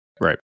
Right